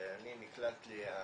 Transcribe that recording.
אני נקלט לי ה